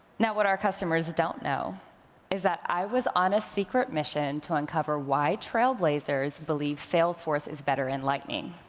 now, what our customers don't know is that i was on a secret mission to uncover why trailblazers believed salesforce is better in lightning.